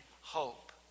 hope